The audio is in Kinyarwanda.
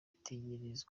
biteye